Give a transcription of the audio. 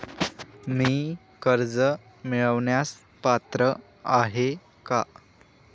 मी कर्ज मिळवण्यास पात्र आहे का?